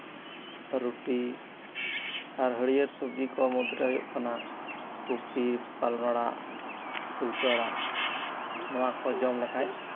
ᱨᱩᱴᱤ ᱟᱨ ᱦᱟᱹᱨᱭᱟᱹᱲ ᱥᱚᱵᱡᱤ ᱠᱚ ᱢᱩᱫᱽᱨᱮ ᱦᱩᱭᱩᱜ ᱠᱟᱱᱟ ᱠᱚᱯᱤ ᱯᱟᱞᱚᱝ ᱟᱲᱟᱜ ᱯᱩᱞᱠᱟᱹ ᱟᱲᱟᱜ ᱱᱚᱶᱟ ᱠᱚ ᱡᱚᱢ ᱞᱮᱠᱷᱟᱡ